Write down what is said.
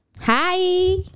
Hi